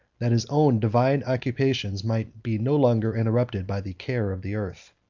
that his own divine occupations might be no longer interrupted by the care of the earth.